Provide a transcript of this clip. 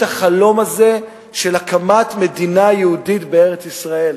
החלום הזה של הקמת מדינה יהודית בארץ-ישראל,